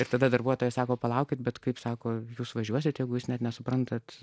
ir tada darbuotoja sako palaukit bet kaip sako jūs važiuosite jeigu jis net nesuprantate